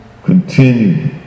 continue